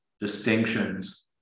distinctions